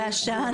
ועשן?